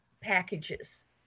packages